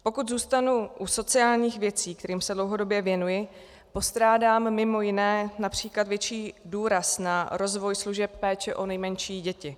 Pokud zůstanu u sociálních věcí, kterým se dlouhodobě věnuji, postrádám mimo jiné například větší důraz na rozvoj služeb péče o nejmenší děti.